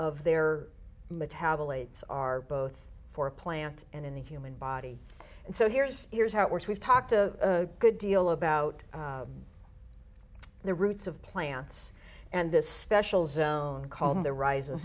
of their metabolites are both for a plant and in the human body and so here's here's how it works we've talked a good deal about the roots of plants and this special zone called the rise